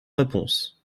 réponses